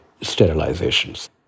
sterilizations